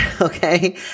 Okay